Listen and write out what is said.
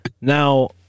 Now